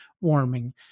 warming